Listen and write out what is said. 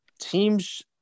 teams